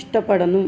ఇష్టపడను